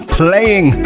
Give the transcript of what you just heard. playing